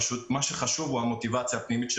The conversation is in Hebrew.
פשוט מה שחשוב זה המוטיבציה הפנימית של